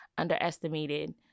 Underestimated